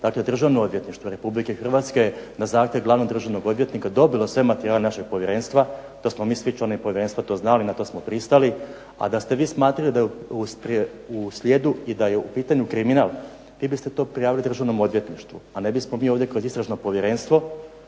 dakle Državno odvjetništvo Republike Hrvatske je na zahtjev glavnog državnog odvjetnika dobilo sve materijale našeg povjerenstva. To smo mi svi članovi povjerenstva to znali, na to smo pristali. A da ste vi smatrali da je u slijedu i da je u pitanju kriminal vi biste to prijavili državnom odvjetništvu, a ne bismo mi ovdje kao istražno povjerenstvo